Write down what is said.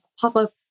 pop-up